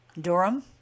Durham